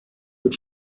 wird